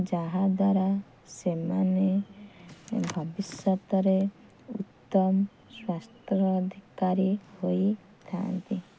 ଯାହା ଦ୍ଵାରା ସେମାନେ ଭବିଷ୍ୟତରେ ଉତ୍ତମ ସ୍ୱାସ୍ଥ୍ୟର ଅଧିକାରୀ ହୋଇଥାଆନ୍ତି